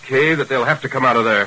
kid that they'll have to come out of there